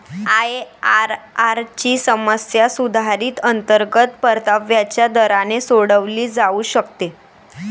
IRR ची समस्या सुधारित अंतर्गत परताव्याच्या दराने सोडवली जाऊ शकते